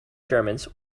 germans